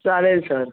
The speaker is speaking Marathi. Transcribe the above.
चालेल सर